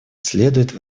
следует